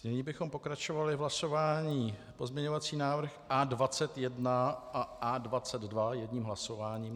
Nyní bychom pokračovali hlasováním o pozměňovacím návrhu A21 a A22 jedním hlasováním.